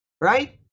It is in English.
right